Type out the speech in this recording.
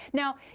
now,